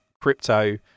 crypto